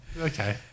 Okay